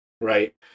right